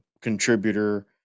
contributor